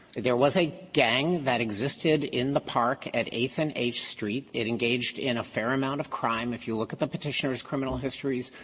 there was a gang that existed in the park at eighth and h street. it engaged in a fair amount of crime. if you look at the petitioners' criminal histories,